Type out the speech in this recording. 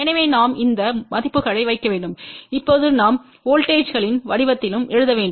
எனவே நாம் அந்த மதிப்புகளை வைக்க வேண்டும் இப்போது நாம் வோல்ட்டேஜ்ங்களின் வடிவத்திலும் எழுத வேண்டும்